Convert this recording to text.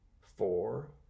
four